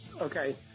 Okay